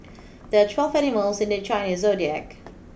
there are twelve animals in the Chinese zodiac